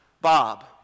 Bob